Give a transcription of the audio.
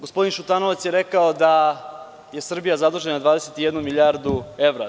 Gospodin Šutanovac je rekao da je Srbija zadužena 21 milijardu evra.